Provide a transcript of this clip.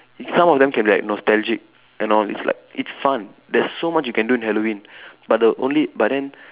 if some of them can be like nostalgic and all it's like it's fun there's so much you can do in Halloween but the only but then